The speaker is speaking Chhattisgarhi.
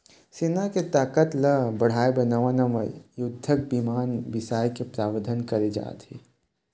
सेना के ताकत ल बढ़ाय बर नवा नवा युद्धक बिमान बिसाए के प्रावधान करे जाथे